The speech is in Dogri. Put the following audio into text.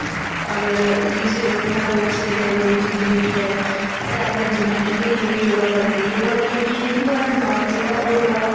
अगर जि'यां सवैरे उट्ठने रोज सवैरे कोई जल्दी उट्ठी जाऐ सैर करन चली जन्ने होन्ने केईं लोक योगा करदे योगा कन्नै केह् ऐ कि दिमाग जेह्ड़ा ओह् थोह्ड़ा